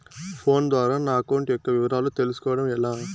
Phone ద్వారా నా account యొక్క వివరాలు తెలుస్కోవడం ఎలా?